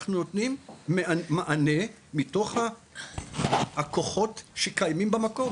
אנחנו נותנים מענה מתוך הכוחות שקיימים במקום,